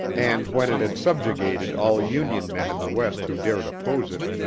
and when it had subjugated all union men in the west who dared oppose it,